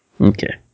Okay